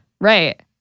right